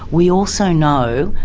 we also know,